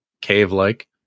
cave-like